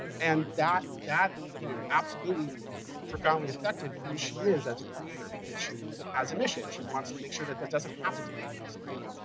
and that, you know, absolutely profoundly affected who she is as a creator because she has a mission. she wants to make sure that that doesn't happen to anyone else again.